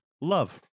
Love